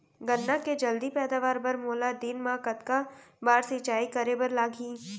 गन्ना के जलदी पैदावार बर, मोला दिन मा कतका बार सिंचाई करे बर लागही?